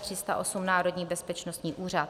308 Národní bezpečnostní úřad